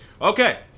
Okay